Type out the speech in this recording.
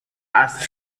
asked